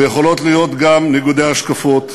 ויכולים להיות גם ניגודי השקפות.